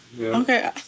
Okay